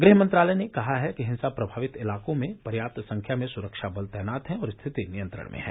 गृह मंत्रालय ने कहा है कि हिंसा प्रभावित इलाकों में पर्याप्त संख्या में सुरक्षाबल तैनात हैं और स्थिति नियंत्रण में है